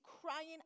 crying